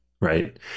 right